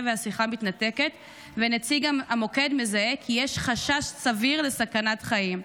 שהשיחה מתנתקת ונציג המוקד מזהה כי יש חשש סביר לסכנת חיים.